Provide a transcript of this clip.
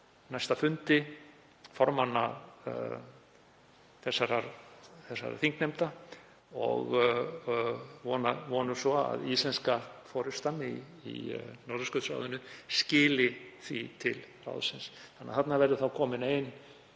næsta fundi formanna þessara þingnefnda og vonum svo að íslenska forystan í Norðurskautsráðinu skili því til ráðsins. Þarna verður þá komin ein